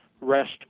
rest